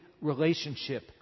relationship